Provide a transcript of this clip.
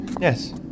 Yes